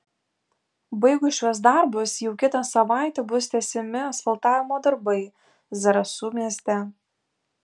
baigus šiuos darbus jau kitą savaitę bus tęsiami asfaltavimo darbai zarasų mieste